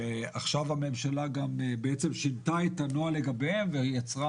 עכשיו הממשלה גם בעצם שינתה את הנוהל לגביהם ויצרה